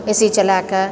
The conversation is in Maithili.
ए सी चलाके